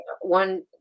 one